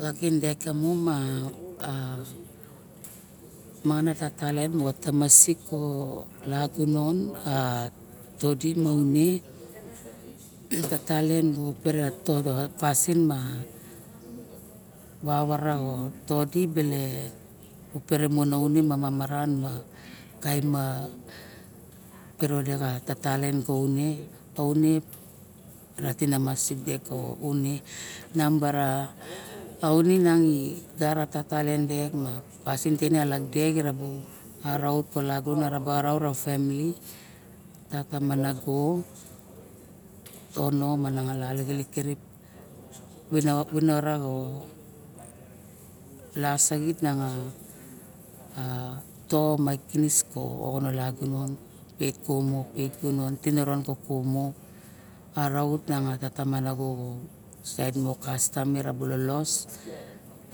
Xa ken dek kamu ma a mangana tatalien moxa tamasik ko lagunon todi ma une ka talien moxo pere a pasin ma vavara xo to di bele u pere a mong no une ma mamaran ma kaim a piro de xa talien ga une ratina ngal dek ma pasim ke ene alok dek irabu araut ka lagunon erabu araut ka family tata ma nago tomo mana nan lixilik kirip vinara xirip mao lasaxit na a to ma oxon a lagunon pet gunon tiniron ko kumu araut miang ka tata ma nago saet mo kastam miraba ru lohos